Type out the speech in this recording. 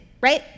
right